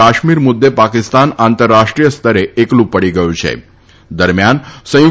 કાશ્મીર મુદ્દે પાકિસ્તાન આંતરરાષ્ટ્રીય સ્તરે એકલું પડી ગયું છેદરમિયાન સંયુ